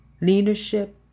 leadership